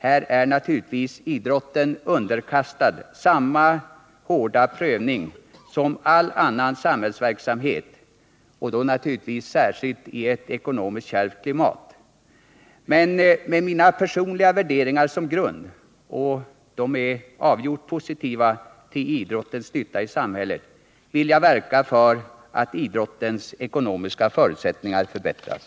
Här är idrotten underkastad samma hårda prövning som all annan samhällsverksamhet, särskilt i ett ekonomiskt kärvt klimat. Men med mina personliga värderingar som grund — och de är avgjort positiva till idrottens nytta i samhället — vill jag verka för att idrottens ekonomiska förutsättningar förbättras.